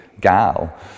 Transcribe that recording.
gal